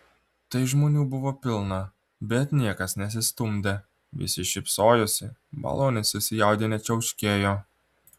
tai žmonių buvo pilna bet niekas nesistumdė visi šypsojosi maloniai susijaudinę čiauškėjo